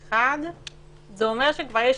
41 זה אומר שכבר יש